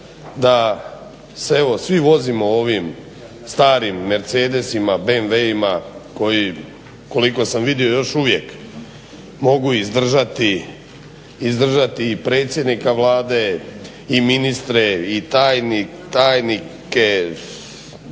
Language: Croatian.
da se evo svi vozimo u ovim starim Mercedesima, BMW-ima koji koliko sam vidio još uvijek mogu izdržati i predsjednika Vlade i ministre i tajnike